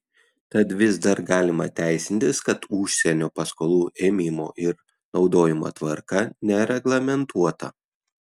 tad vis dar galima teisintis kad užsienio paskolų ėmimo ir naudojimo tvarka nereglamentuota